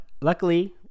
luckily